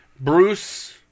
Bruce